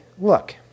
look